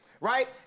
right